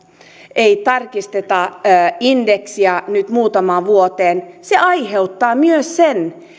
ei tarkisteta indeksiä nyt muutamaan vuoteen aiheuttaa myös sen